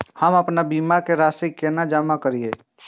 हम आपन बीमा के राशि केना जमा करिए?